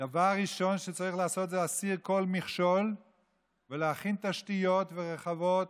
דבר ראשון שצריך לעשות זה להסיר כל מכשול ולהכין תשתיות ורחבות,